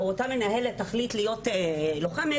או אותה מנהלת תחליט להיות לוחמת.